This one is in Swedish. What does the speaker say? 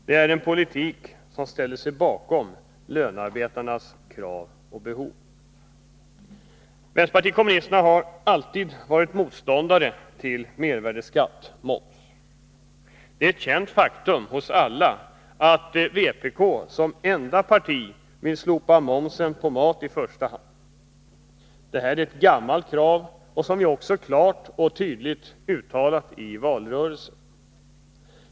Det är en politik som stöder lönearbetarnas krav och behov. Vänsterpartiet kommunisterna har alltid varit motståndare till mervärdeskatt — moms. Det är ett känt faktum för alla att vpk är det enda partiet som vill slopa momsen på mat i första hand. Det är ett gammalt krav, och det har vi klart och tydligt uttalat i valrörelsen.